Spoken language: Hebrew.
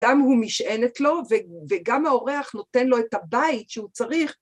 אדם הוא משענת לו, וגם האורח נותן לו את הבית שהוא צריך.